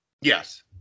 Yes